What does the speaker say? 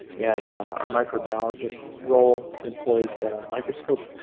and our microbiologist role employees the microscope